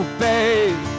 babe